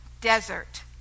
desert